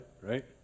right